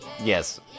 Yes